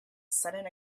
sudden